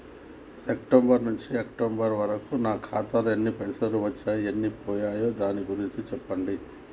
September నుంచి October వరకు నా ఖాతాలో ఎన్ని పైసలు వచ్చినయ్ ఎన్ని పోయినయ్ దాని గురించి చెప్పండి?